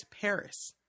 paris